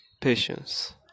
patience